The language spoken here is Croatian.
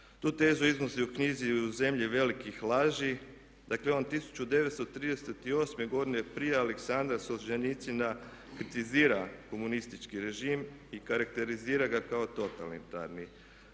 Tu tezu iznosi u knjizi "U zemlji velikih laži". Dakle, on 1938. godine prije Aleksandra Solženjicina kritizira komunistički režim i karakterizira ga kao totalitarni.